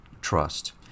trust